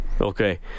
Okay